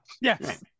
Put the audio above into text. Yes